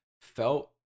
felt